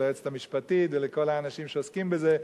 ליועצת המשפטית ולכל האנשים שעוסקים בזה,